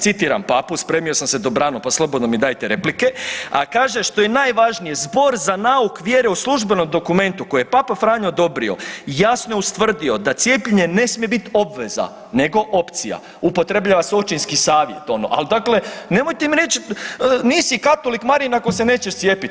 Citiram papu, spremio sam se dobrano, pa slobodno mi dajte replike, a kaže što je najvažnije, zbor za nauk vjere u službenom dokumentu koji je papa Franjo odobrio jasno je ustvrdio da cijepljenje ne smije bit obveza nego opcija, upotrebljava se očinski savjet ono, al dakle nemojte mi reć nisi katolik Marin ako se nećeš cijepit.